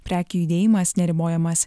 prekių judėjimas neribojamas